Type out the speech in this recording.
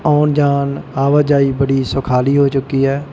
ਆਉਣ ਜਾਣ ਆਵਾਜਾਈ ਬੜੀ ਸੁਖਾਲੀ ਹੋ ਚੁੱਕੀ ਹੈ